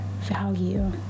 value